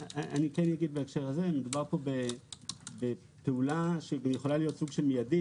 מדובר פה בפעולה שיכולה להיות מיידית,